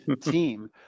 team